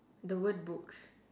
the word books